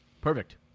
Perfect